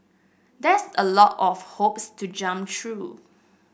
that's a lot of hoops to jump through